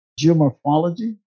geomorphology